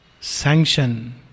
sanction